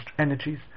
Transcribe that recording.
energies